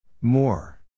More